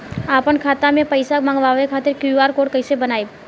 आपन खाता मे पईसा मँगवावे खातिर क्यू.आर कोड कईसे बनाएम?